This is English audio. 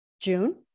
June